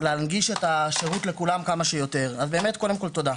להנגיש את השירות לכולם כמה שיותר, קודם כל תודה.